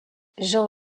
jean